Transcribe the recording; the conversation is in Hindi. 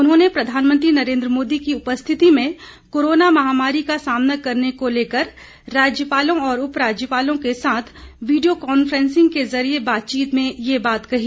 उन्होंने प्रधानमंत्री नरेंद्र मोदी की उपस्थिति में कोरोना महामारी का सामना करने को लेकर राज्यपालों और उप राज्यपालों के साथ वीडियो कॉन्फ्रेन्सिंग के जरिए बातचीत में यह बात कही